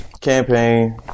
campaign